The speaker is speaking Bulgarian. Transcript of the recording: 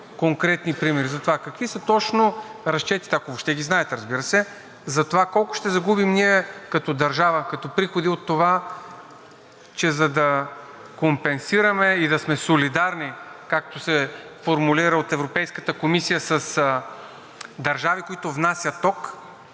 конкретни примери за това. Какви са точно разчетите, ако въобще ги знаете, разбира се, за това колко ще загубим ние като държава, като приходи от това, че за да компенсираме и да сме солидарни, както се формулира от Европейската комисия, с държави, които внасят ток,